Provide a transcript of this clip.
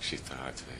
šitą atvejį